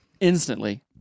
instantly